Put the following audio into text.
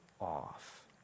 off